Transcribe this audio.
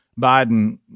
Biden